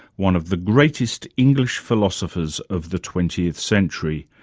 one of the greatest english philosophers of the twentieth century,